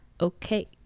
Okay